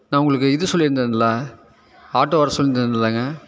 நான் உங்களுக்கு இது சொல்லியிருந்தேன்ல ஆட்டோ வர சொல்லியிருந்தேன் இல்லேங்க